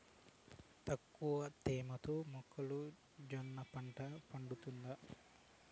తక్కువ తేమతో మొక్కజొన్న పంట పండుతుందా?